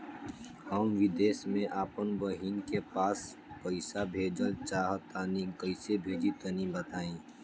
हम विदेस मे आपन बहिन के पास पईसा भेजल चाहऽ तनि कईसे भेजि तनि बताई?